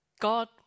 God